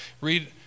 Read